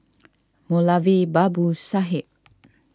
Moulavi Babu Sahib